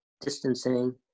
distancing